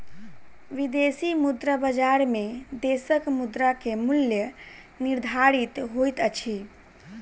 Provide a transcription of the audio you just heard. विदेशी मुद्रा बजार में देशक मुद्रा के मूल्य निर्धारित होइत अछि